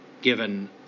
given